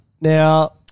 Now